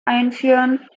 einführen